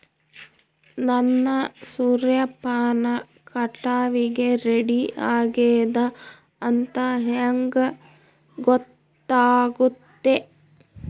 ನನ್ನ ಸೂರ್ಯಪಾನ ಕಟಾವಿಗೆ ರೆಡಿ ಆಗೇದ ಅಂತ ಹೆಂಗ ಗೊತ್ತಾಗುತ್ತೆ?